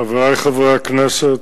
חברי חברי הכנסת,